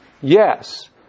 Yes